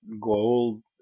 gold